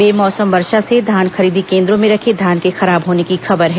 बेमौसम वर्षा से धान खरीदी केन्द्रों में रखे धान के खराब होने की खबर है